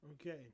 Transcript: Okay